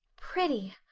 pretty?